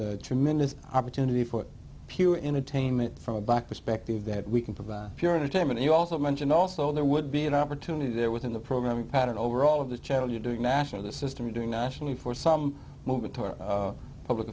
a tremendous opportunity for pure entertainment from a black perspective that we can provide pure entertainment you also mentioned also there would be an opportunity there within the programming pattern overall of the channel you're doing nationally the system you're doing nationally for some